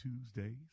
Tuesdays